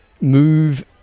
move